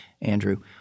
Andrew